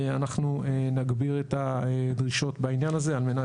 אנחנו נגביר את הדרישות בעניין הזה על מנת